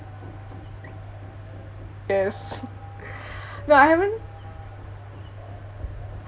yes but I haven't